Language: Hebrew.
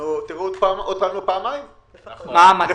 תראו אותנו עוד פעמיים לפחות.